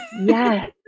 yes